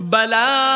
Bala